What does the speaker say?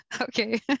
Okay